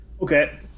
Okay